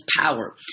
power